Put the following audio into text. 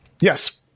Yes